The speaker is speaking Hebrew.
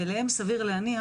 ולהם סביר להניח,